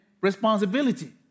responsibility